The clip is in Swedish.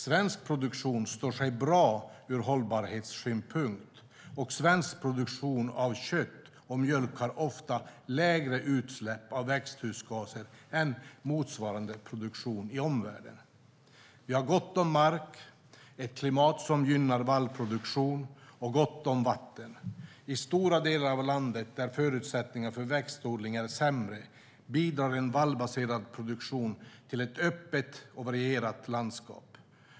Svensk produktion står sig bra ur hållbarhetssynpunkt, och svensk produktion av kött och mjölk har ofta lägre utsläpp av växthusgaser än motsvarande produktion i omvärlden. Vi har gott om mark, ett klimat som gynnar vallproduktion och gott om vatten. I stora delar av landet, där förutsättningarna för växtodling är sämre, bidrar en vallbaserad produktion till ett öppet och varierat landskap.